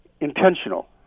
intentional